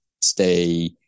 stay